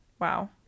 Wow